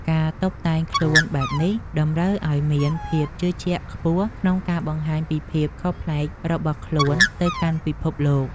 ការតុបតែងខ្លួនបែបនេះតម្រូវឱ្យមានភាពជឿជាក់ខ្ពស់ក្នុងការបង្ហាញពីភាពខុសប្លែករបស់ខ្លួនទៅកាន់ពិភពលោក។